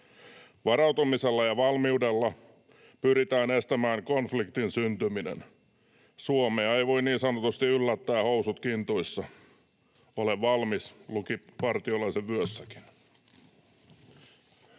Varautumisella ja valmiudella pyritään estämään konfliktin syntyminen. Suomea ei voi niin sanotusti yllättää housut kintuissa. ”Ole valmis” luki partiolaisen vyössäkin.